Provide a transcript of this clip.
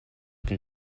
been